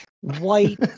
white